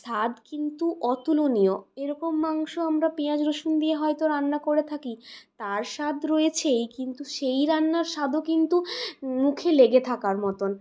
স্বাদ কিন্তু অতুলনীয় এরকম মাংস আমরা পেঁয়াজ রসুন দিয়ে হয়ত রান্না করে থাকি তার স্বাদ রয়েছেই কিন্তু সেই রান্নার স্বাদও কিন্তু মুখে লেগে থাকার মতো